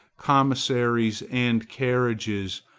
commissaries and carriages,